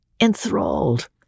enthralled